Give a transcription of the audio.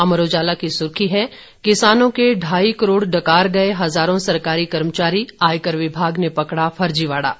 अमर उजाला की सुर्खी है किसानों के ढाई करोड़ डकार गए हजारों सरकारी कर्मचारी आयकर विभाग ने पकड़ा फजीवाड़ा